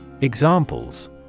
Examples